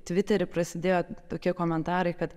tvitery prasidėjo tokie komentarai kad